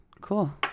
cool